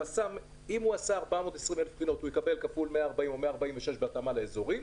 אם הוא עשה 420,000 בחינות הוא יקבל כפול 140 או 146 בהתאמה לפי אזורים.